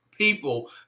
people